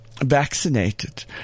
vaccinated